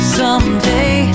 someday